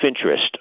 interest